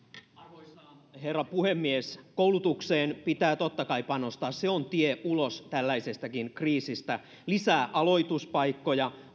arvoisa herra puhemies koulutukseen pitää totta kai panostaa se on tie ulos tällaisestakin kriisistä lisää aloituspaikkoja